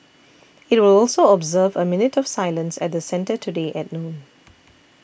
it will also observe a minute of silence at the centre today at noon